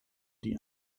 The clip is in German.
die